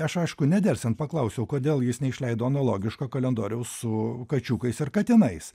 aš aišku nedelsiant paklausiau kodėl jis neišleido analogiško kalendoriaus su kačiukais ir katinais